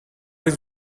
his